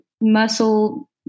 muscle